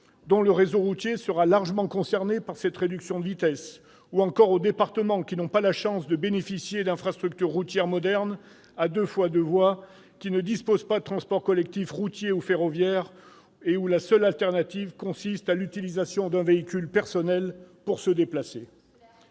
dont le réseau routier sera largement concerné par cette réduction de vitesse, ou encore aux départements qui n'ont pas la chance de bénéficier d'infrastructures routières modernes à deux fois deux voies, qui ne disposent pas de transports collectifs routiers ou ferroviaires et où la seule solution consiste à utiliser un véhicule personnel pour se déplacer.